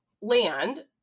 land